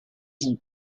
vous